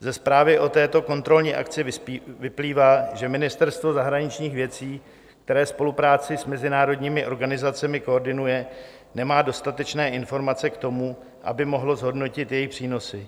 Ze zprávy o této kontrolní akci vyplývá, že Ministerstvo zahraničních věcí, které spolupráci s mezinárodními organizacemi koordinuje, nemá dostatečné informace k tomu, aby mohlo zhodnotit jejich přínosy.